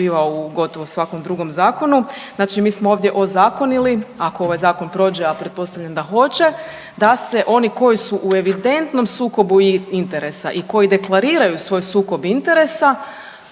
gotovo svakom drugom zakonu. Znači mi smo ovdje ozakonili ako ovaj zakon prođe, a pretpostavljam da hoće da se oni koji su evidentnom sukobu interesa i koji deklariraju svoj sukob interesa